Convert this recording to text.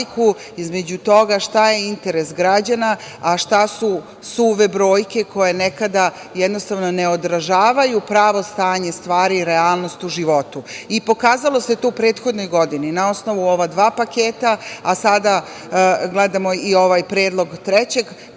između toga šta je interes građana, a šta su suve brojke koje nekada ne odražavaju pravo stanje stvari i realnost u životu. Pokazalo se to u prethodnoj godini na osnovu ova dva paketa, a sada gledamo i ovaj predlog trećeg